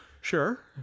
Sure